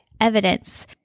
evidence